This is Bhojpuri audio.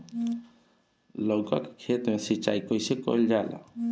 लउका के खेत मे सिचाई कईसे कइल जाला?